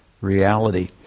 reality